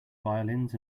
violins